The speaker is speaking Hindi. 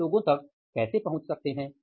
हम लोगों तक कैसे पहुंच सकते हैं